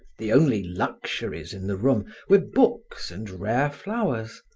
the only luxuries in the room were books and rare flowers.